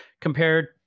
compared